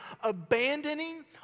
abandoning